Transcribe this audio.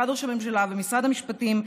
משרד ראש הממשלה ומשרד המשפטים,